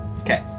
Okay